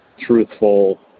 truthful